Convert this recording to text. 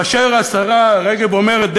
כאשר השרה רגב אומרת דה-לגיטימציה,